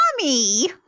Mommy